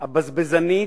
הבזבזנית,